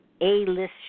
A-list